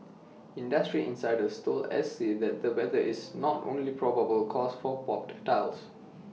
industry insiders told S T that the weather is not only probable cause for popped tiles